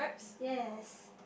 yes